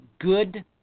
good